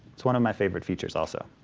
it's one of my favorite features, also.